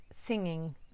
singing